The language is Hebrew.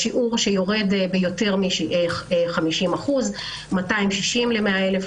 השיעור יורד ביותר מ-50% - 260 ל-100 אלף,